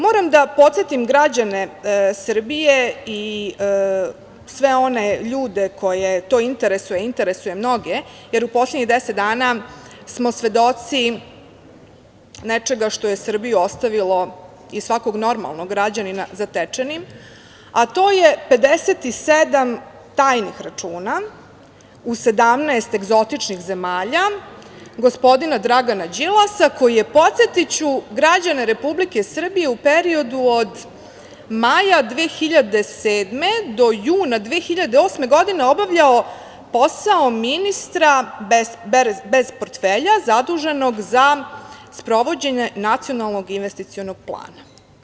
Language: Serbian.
Moram da podsetim građane Srbije i sve one ljude koje to interesuje, a interesuje mnoge, jer u poslednjih 10 dana smo svedoci nečega što je Srbiju ostavilo i svakog normalnog građanina zatečenim, a to je 57 tajnih računa u 17 egzotičnih zemalja gospodina Dragana Đilasa, koji je podsetiću građane Republike Srbije u periodu od maja 2007. do juna 2008. godine obavljao posao ministra bez portfelja, zaduženog za sprovođenje Nacionalnog investicionog plana.